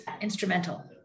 instrumental